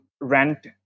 rent